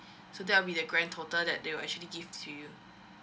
so that will be the grand total that they will actually give to you